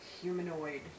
Humanoid